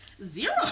Zero